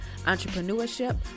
entrepreneurship